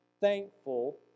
thankful